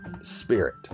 spirit